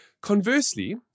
Conversely